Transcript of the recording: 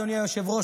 אדוני היושב-ראש,